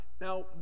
Now